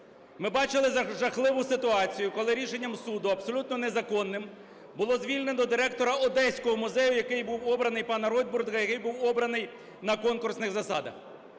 Ми бачили жахливу ситуацію, коли рішенням суду абсолютно незаконним було звільнено директора Одеського музею, який був обраний, пана Ройтбурда, який був обраний на конкурсних засадах.